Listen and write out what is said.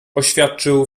oświadczył